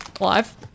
live